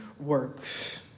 works